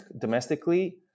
domestically